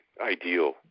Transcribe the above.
ideal